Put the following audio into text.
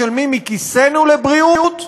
משלמים מכיסנו לבריאות,